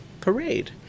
parade